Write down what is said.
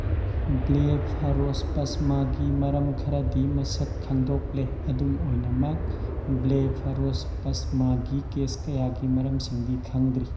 ꯕ꯭ꯂꯦꯐꯔꯣꯁꯄꯁꯃꯥꯒꯤ ꯃꯔꯝ ꯈꯔꯗꯤ ꯃꯁꯛ ꯈꯪꯗꯣꯛꯂꯦ ꯑꯗꯨꯝ ꯑꯣꯏꯅꯃꯛ ꯕ꯭ꯂꯦꯐꯔꯣꯁꯄꯁꯃꯥꯒꯤ ꯀꯦꯁ ꯀꯌꯥꯒꯤ ꯃꯔꯝꯁꯤꯡꯗꯤ ꯈꯪꯗ꯭ꯔꯤ